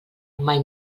mai